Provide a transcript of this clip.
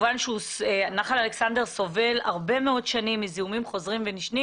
נחל אלכסנדר סובל הרבה מאוד שנים מזיהומים חוזרים ונשנים